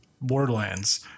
Borderlands